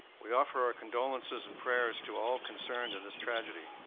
we offer our condolences and prayers to all concerned in this tragedy.